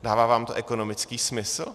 Dává vám to ekonomický smysl?